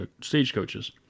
stagecoaches